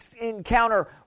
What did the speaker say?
encounter